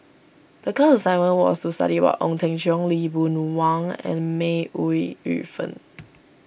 the class assignment was to study about Ong Teng Cheong Lee Boon Wang and May Ooi Yu Fen